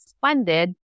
funded